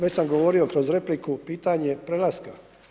Već sam govorio kroz repliku, pitanje prelaska.